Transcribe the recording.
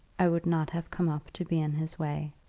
i would not have come up to be in his way.